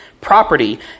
Property